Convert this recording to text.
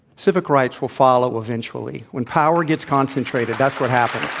civic rights will follow eventually. when power gets concentrated, that's what happens.